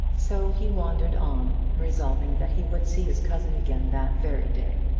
so he wandered on, resolving that he would see his cousin again that very day.